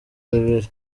bibiri